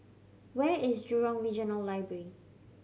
where is Jurong Regional Library